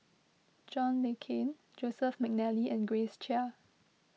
John Le Cain Joseph McNally and Grace Chia